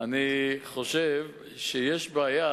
אני חושב שיש בעיה